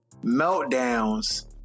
meltdowns